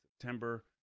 September